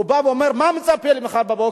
הוא בא ואומר: מה מצפה לי מחר בבוקר?